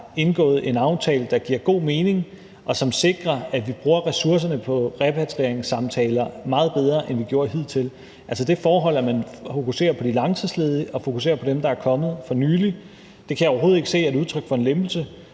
indgået en aftale, der giver god mening, og som sikrer, at vi bruger ressourcerne på repatrieringssamtaler meget bedre, end vi har gjort hidtil. Det forhold, at man fokuserer på de langtidsledige og fokuserer på dem, der er kommet for nylig, kan jeg overhovedet ikke se er et udtryk for en lempelse.